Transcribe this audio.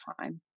time